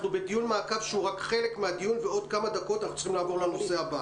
אנחנו דיון מעקב ותנסו לומר דברים שעדיין לא נאמרו.